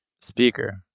speaker